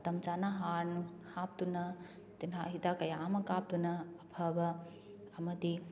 ꯃꯇꯝꯆꯥꯅ ꯍꯥꯔ ꯅꯨꯡ ꯍꯥꯞꯇꯨꯅ ꯇꯤꯟꯍꯥꯠ ꯍꯤꯗꯥꯛ ꯃꯌꯥ ꯑꯃ ꯀꯥꯞꯇꯨꯅ ꯑꯐꯕ ꯑꯃꯗꯤ